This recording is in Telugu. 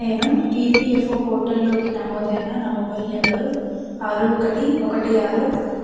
నేను ఈపీఎఫ్ఓ పోర్టల్లోకి నమోదైన నా మొబైల్ నంబరు ఆరు ఒకటి ఒకటి ఆరు